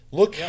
Look